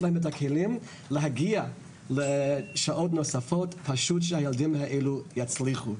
להם את הכלים להגיע לשעות נוספות כדי שהילדים האלה יצליחו.